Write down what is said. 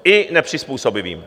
I nepřizpůsobivým.